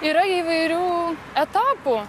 yra įvairių etapų